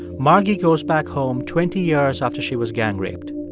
margy goes back home twenty years after she was gang raped.